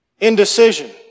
indecision